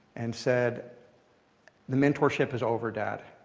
and said the mentorship is over, dad.